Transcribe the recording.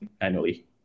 annually